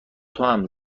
توام